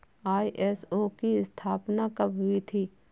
ISO की स्थापना कब हुई थी?